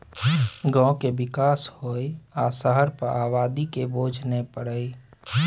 गांव के विकास होइ आ शहर पर आबादी के बोझ नइ परइ